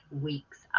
weeks